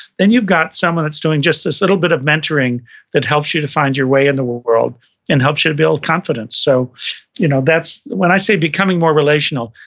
then you've got someone that's doing just this little bit of mentoring that helps you to find your way in the world world and helps you to build confidence. so you know that's, when i say becoming more relational,